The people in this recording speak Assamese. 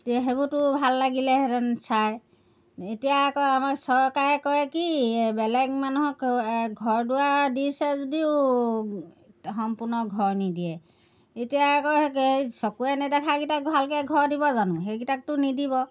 তেতিয়া সেইবোৰতো ভাল লাগিলে হেঁতেন চায় এতিয়া আকৌ আমাক চৰকাৰে কয় কি বেলেগ মানুহক ঘৰ দুৱাৰ দিছে যদিও সম্পূৰ্ণ ঘৰ নিদিয়ে এতিয়া আকৌ সেই কি চকুৰে নেদেখাকেইটাক ভালকৈ ঘৰ দিব জানো সেইকেইটাকটো নিদিব